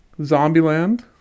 Zombieland